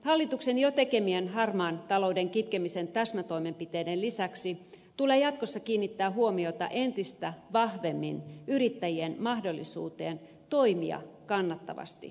hallituksen jo tekemien harmaan talouden kitkemisen täsmätoimenpiteiden lisäksi tulee jatkossa kiinnittää huomiota entistä vahvemmin yrittäjien mahdollisuuteen toimia kannattavasti suomessa